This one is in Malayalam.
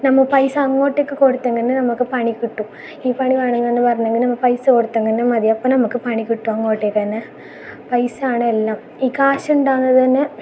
നമ്മൾ പൈസ അങ്ങോട്ടേക്ക് കൊടുത്തത് എങ്ങനേ തന്നെ നമുക്ക് പണി കിട്ടൂ ഈ പണി വേണമെന്നങ്ങനെ പറഞ്ഞങ്ങനെ പൈസ കൊടുത്തങ്ങനെ മതി അപ്പം നമുക്ക് പണി കിട്ടും അങ്ങോട്ടേക്ക് തന്നെ പൈസയാണ് എല്ലാം ഈ കാശുണ്ടാകുന്നത് തന്നെ